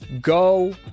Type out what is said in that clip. Go